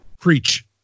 preach